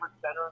center